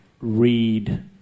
read